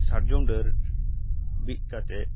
ᱥᱟᱨᱡᱚᱢ ᱰᱟᱹᱨ ᱵᱤᱫ ᱠᱟᱛᱮᱫ